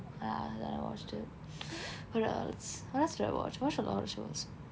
ah then I watch it what else what else do I watch I watch a lot of shows